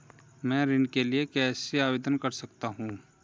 मैं ऋण के लिए कैसे आवेदन कर सकता हूं?